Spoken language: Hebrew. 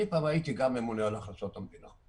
אני פעם הייתי גם ממונה על הכנסות המדינה,